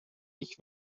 ich